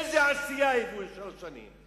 איזו עשייה הביאו בשלוש שנים?